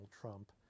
Trump